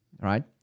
right